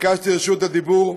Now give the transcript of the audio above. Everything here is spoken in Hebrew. ביקשתי את רשות הדיבור,